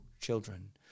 children